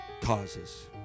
causes